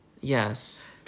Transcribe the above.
Yes